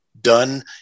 done